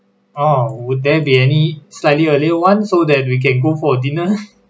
orh would there be any slightly earlier one so that we can go for dinner